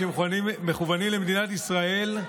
אם לא מאות אלפי טילים שמכוונים למדינת ישראל.